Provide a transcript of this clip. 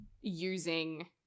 using